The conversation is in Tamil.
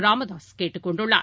ராமதாககேட்டுக் கொண்டுள்ளார்